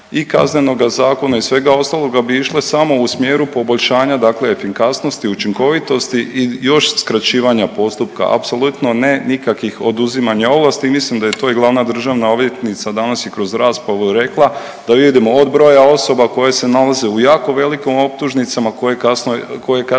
i Kaznenoga zakona i svega ostaloga bi išle samo u smjeru poboljšanja dakle efikasnosti, učinkovitosti i još skraćivanja postupak, apsolutno ne nikakvih oduzimanja ovlasti i mislim da je i to glavna državna odvjetnica danas i kroz raspravu rekla da vidimo od broja osoba koje se nalaze u jako velikim optužnicama koje kasnije